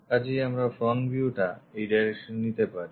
কাজেই আমরা front view টা এই directionএ নিতে পারি